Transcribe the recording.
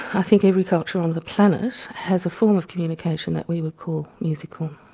i think every culture on the planet has a form of communication that we would call musical.